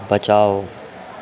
बचाओ